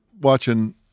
watching